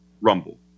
Rumble